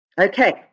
Okay